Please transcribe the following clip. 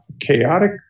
Chaotic